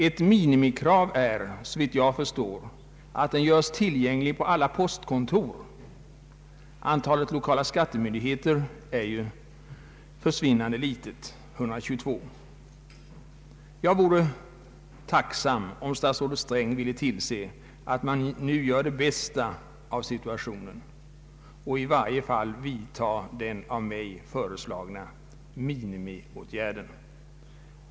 Ett minimikrav är, såvitt jag förstår, att den göres tillgänglig på alla postkontor. Antalet lokala skattemyndigheter är ju försvinnande litet, nämligen 122 stycken. Jag vore tacksam om statsrådet Sträng ville tillse att man nu gör det bästa av situationen och i varje fall vidtar den av mig föreslagna minimiåtgärden.